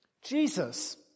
Jesus